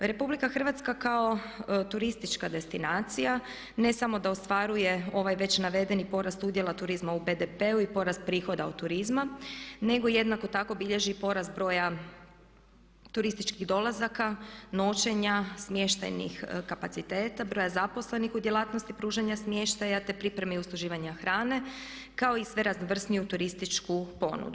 RH kao turistička destinacija ne samo da ostvaruje ovaj već navedeni porast udjela turizma u BDP-u i porast prihoda od turizma nego jednako tako bilježi i porast broja turističkih dolazaka, noćenja, smještajnih kapaciteta, broja zaposlenih u djelatnosti pružanja smještaja te pripreme i usluživanja hrane kao i sve raznovrsniju turističku ponudu.